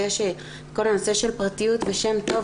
כל הנושא של פרטיות ושם טוב,